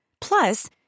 Plus